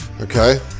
Okay